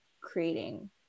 creating